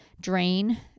drain